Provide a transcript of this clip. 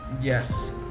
Yes